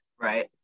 right